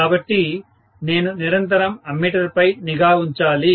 కాబట్టి నేను నిరంతరం అమ్మీటర్పై నిఘా ఉంచాలి